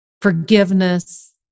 forgiveness